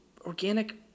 organic